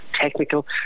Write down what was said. technical